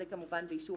זה, כמובן, באישור